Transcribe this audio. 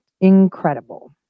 incredible